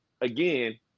again